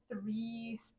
three